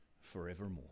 forevermore